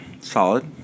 Solid